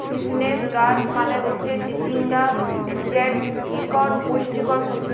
ইসনেক গাড় মালে হচ্যে চিচিঙ্গা যেট ইকট পুষ্টিকর সবজি